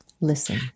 Listen